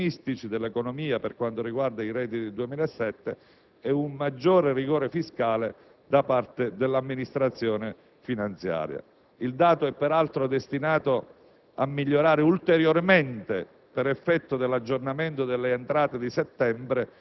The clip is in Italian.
che presumibilmente scontano, da parte delle imprese, andamenti ottimistici dell'economia per quanto riguarda i redditi 2007 e un maggiore rigore fiscale da parte dell'amministrazione finanziaria. Il dato è peraltro destinato